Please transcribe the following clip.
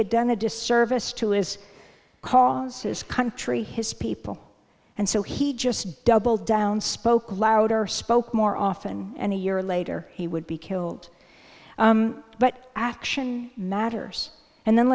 had done a disservice to his cause his country his people and so he just doubled down spoke louder spoke more often and a year later he would be killed but action matters and then